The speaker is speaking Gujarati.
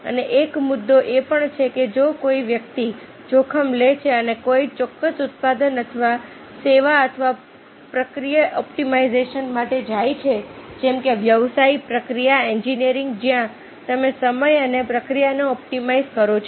અને એક મુદ્દો એ પણ છે કે જો કોઈ વ્યક્તિ જોખમ લે છે અને કોઈ ચોક્કસ ઉત્પાદન અથવા સેવા અથવા પ્રક્રિયા ઑપ્ટિમાઇઝેશન માટે જાય છે જેમ કે વ્યવસાય પ્રક્રિયા એન્જિનિયરિંગ જ્યાં તમે સમય અને પ્રક્રિયાને ઑપ્ટિમાઇઝ કરો છો